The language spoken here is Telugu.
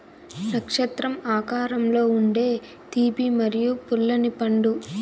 నక్షత్రం ఆకారంలో ఉండే తీపి మరియు పుల్లని పండు